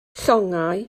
llongau